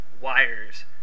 wires